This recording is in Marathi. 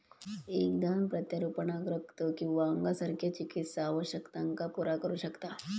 एक दान प्रत्यारोपणाक रक्त किंवा अंगासारख्या चिकित्सा आवश्यकतांका पुरा करू शकता